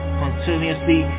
continuously